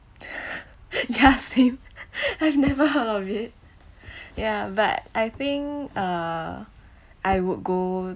ya same I've never heard of it ya but I think uh I would go